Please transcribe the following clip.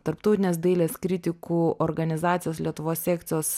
tarptautinės dailės kritikų organizacijos lietuvos sekcijos